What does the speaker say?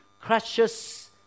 crushes